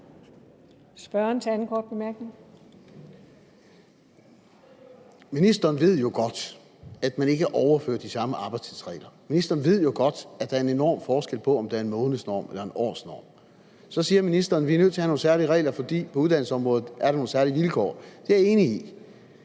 Ministeren ved jo godt, at man ikke overfører de samme arbejdstidsregler. Ministeren ved jo godt, at der er en enorm forskel på, om der er en månedsnorm eller en årsnorm. Så siger ministeren, at vi nødt til at have nogle særlige regler, fordi der er nogle særlige vilkår på